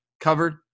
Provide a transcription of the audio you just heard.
covered